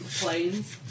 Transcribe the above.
Planes